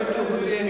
אני